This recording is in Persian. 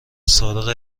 سارق